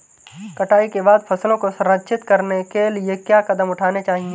कटाई के बाद फसलों को संरक्षित करने के लिए क्या कदम उठाने चाहिए?